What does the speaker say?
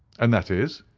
and that is?